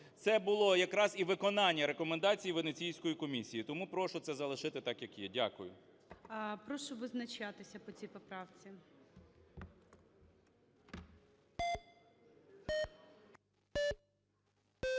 Це було якраз і виконання рекомендацій Венеційської комісії. Тому прошу це залишити так, як є. Дякую. ГОЛОВУЮЧИЙ. Прошу визначатися по цій поправці.